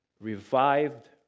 revived